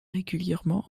régulièrement